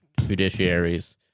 judiciaries